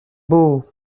beau